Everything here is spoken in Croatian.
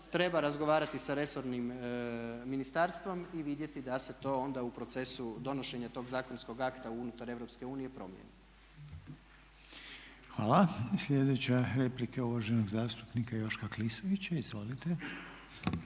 treba razgovarati sa resornim ministarstvom i vidjeti da se to onda u procesu donošenja tog zakonskog akta unutar EU promijeni. **Reiner, Željko (HDZ)** Hvala. Sljedeća replika je uvaženog zastupnika Joška Klisovića.